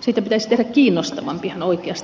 siitä pitäisi tehdä kiinnostavampi ihan oikeasti